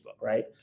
right